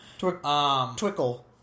Twickle